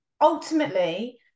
ultimately